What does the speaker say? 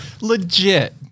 legit